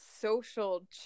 social